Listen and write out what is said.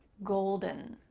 golden.